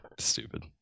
stupid